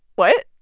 what?